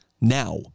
now